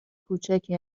کوچکی